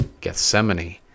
Gethsemane